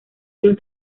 dios